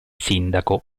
sindaco